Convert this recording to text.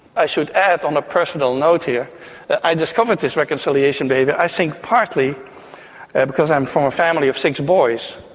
i should add on a personal note here that i discovered this reconciliation i think partly because i am from a family of six boys,